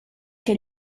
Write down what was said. che